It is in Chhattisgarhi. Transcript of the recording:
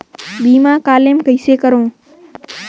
बीमा क्लेम कइसे करों?